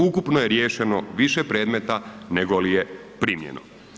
Ukupno je riješeno više predmeta nego li je primljeno.